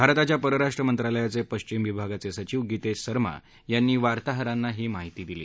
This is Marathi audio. भारताच्या परराष्ट्र मंत्रालयाचे पश्विम विभागाचे सचिव गितेश सरमा यांनी वार्ताहरांना ही माहिती दिली